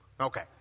okay